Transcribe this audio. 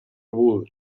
wood